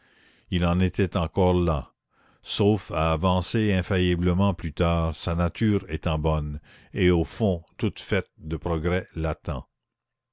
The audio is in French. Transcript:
il en était encore là sauf à avancer infailliblement plus tard sa nature étant bonne et au fond toute faite de progrès latent